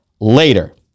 later